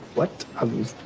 what? i was